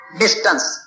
distance